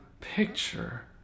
picture